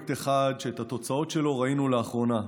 פרויקט אחד שאת התוצאות שלנו ראינו לאחרונה.